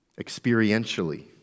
experientially